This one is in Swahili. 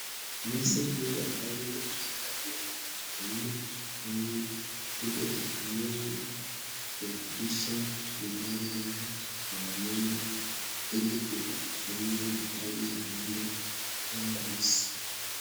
Nyasi hii ambayo imefadhiwa na mkulima ili atumie kulisha wanyama wake kwa eneo ili kufanya mahitaji ya ng'ombe kuwa rahisi.